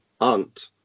aunt